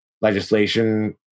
legislation